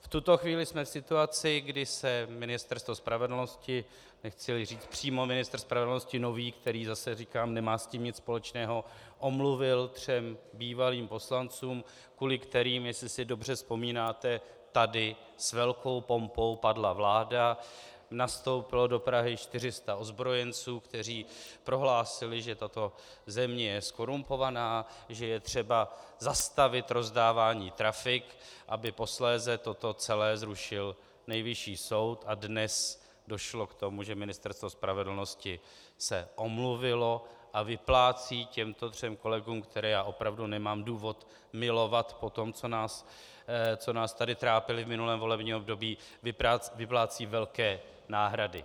V tuto chvíli jsme v situaci, kdy se Ministerstvo spravedlnosti, nechcili říct přímo nový ministr spravedlnosti, který, zase říkám, nemá s tím nic společného, omluvil třem bývalým poslancům, kvůli kterým, jestli si dobře vzpomínáte, tady s velkou pompou padla vláda, nastoupilo do Prahy 400 ozbrojenců, kteří prohlásili, že tato země je zkorumpovaná, že je třeba zastavit rozdávání trafik, aby posléze toto celé zrušil Nejvyšší soud a dnes došlo k tomu, že Ministerstvo spravedlnosti se omluvilo a vyplácí těmto třem kolegům, které já opravdu nemám důvod milovat po tom, co nás tady trápili v minulém volebním období, vyplácí velké náhrady.